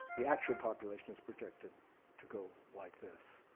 the actual population is projected to go like this.